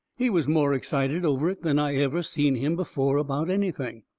he was more excited over it than i ever seen him before about anything.